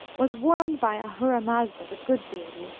was warned by ahuramazda, the good deity,